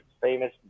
famous